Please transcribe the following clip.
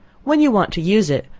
when you want to use it,